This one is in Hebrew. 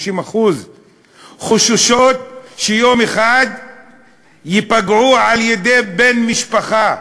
30% חוששות שיום אחד ייפגעו על-ידי בן משפחה.